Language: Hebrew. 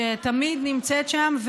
שתמיד נמצאת שם,